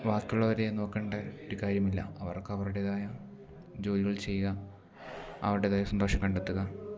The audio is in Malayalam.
ബാക്കിയുള്ളവരെ നോക്കേണ്ട ഒരു കാര്യമില്ല അവർക്ക് അവരുടേതായ ജോലികൾ ചെയ്യുക അവരുടേതായ സന്തോഷം കണ്ടെത്തുക